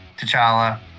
T'Challa